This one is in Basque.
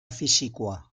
fisikoa